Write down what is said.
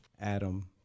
Adam